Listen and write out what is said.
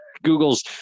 Google's